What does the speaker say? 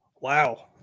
wow